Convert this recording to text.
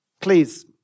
please